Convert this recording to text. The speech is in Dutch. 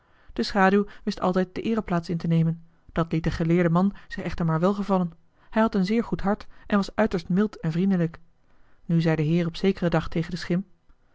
de schaduw wist altijd de eereplaats in te nemen dat liet de geleerde man zich echter maar welgevallen hij had een zeer goed hart en was uiterst mild en vriendelijk nu zei de heer op zekeren dag tegen den schim